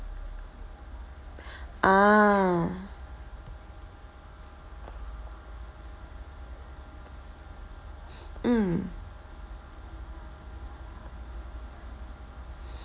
ah mm